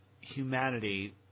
humanity